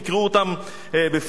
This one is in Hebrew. תקראו אותם בפנים,